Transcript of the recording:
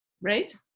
Right